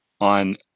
on